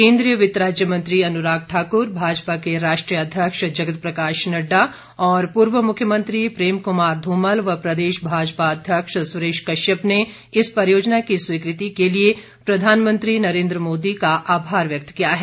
केन्द्रीय वित्त राज्य मंत्री अनुराग ठाकुर भाजपा के राष्ट्रीय अध्यक्ष जगत प्रकाश नड्डा और पूर्व मुख्यमंत्री प्रेम कुमार धूमल व प्रदेश भाजपा अध्यक्ष सुरेश कश्यप ने इस परियोजना की स्वीकृति के लिए प्रधानमंत्री नरेन्द्र मोदी का आभार व्यक्त किया है